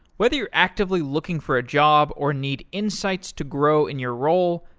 whether you're actively looking for a job or need insights to grow in your role,